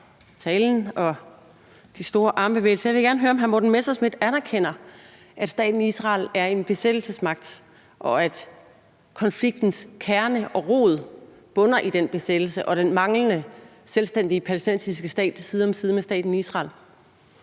Jeg vil gerne høre, om hr. Morten Messerschmidt anerkender, at staten Israel er en besættelsesmagt, og at konfliktens kerne og rod bunder i den besættelse og den manglende selvstændige palæstinensiske stat side om side med staten Israel.